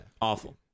Awful